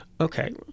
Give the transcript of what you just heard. Okay